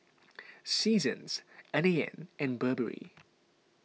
Seasons N A N and Burberry